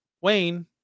Wayne